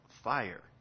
fire